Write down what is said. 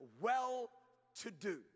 well-to-do